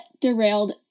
derailed